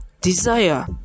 Desire